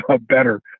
better